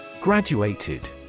Graduated